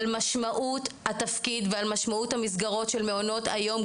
משמעות התפקיד ועל משמעות המסגרות של מעונות היום,